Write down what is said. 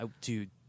Dude